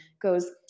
goes